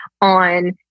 on